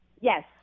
Yes